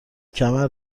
کمر